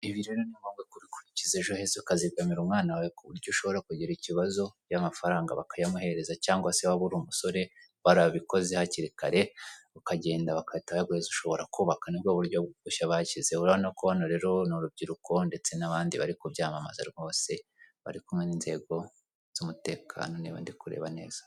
Ugize ejo hezo ukazigamira umwana wawe ku buryo ushobora kugira ikibazo, yamafaranga bakayamuhereza cyangwa se waba uri umusore warabikoze hakiri kare, ukagenda bagahita bayaguhereza ushobora kubaka nibwo buryo bashyizeho. Urabona ko hano rero ni urubyiruko ndetse n'abandi bari kubyamamaza rwose bari kumwe n'inzego z'umutekano niba ndi kureba neza.